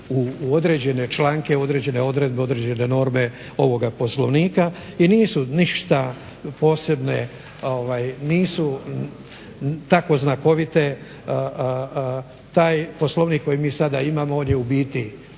u određene članke, određene odredbe, određene norme ovoga Poslovnika i nisu ništa posebne, nisu tako znakovite. Taj Poslovnik koji mi sada imamo on je u biti